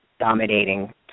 Dominating